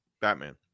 Batman